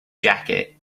jacket